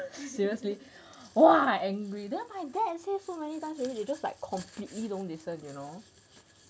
seriously !wah! angry then my dad say so many time but then they just completely don't listen you know